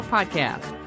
Podcast